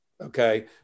okay